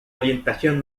orientación